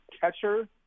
catcher